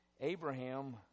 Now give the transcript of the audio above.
Abraham